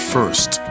First